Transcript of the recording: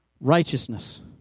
righteousness